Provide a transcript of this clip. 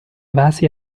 vasi